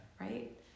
Right